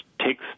takes